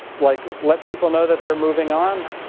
like let people know that they're moving on.